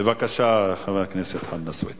בבקשה, חבר הכנסת חנא סוייד.